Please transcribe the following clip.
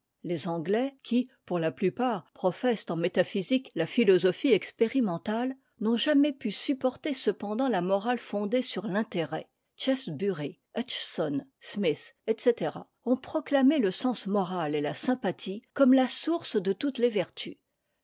les anglais qui pour la plupart professent en métaphysique la philosophie expérimentale n'ont jamais pu supporter cependant l'a morale fondée sur l'intérêt shaftsbury hutcheson smith etc ont proclamé le sèns moral et la sympathie comme la source de toutes les vertus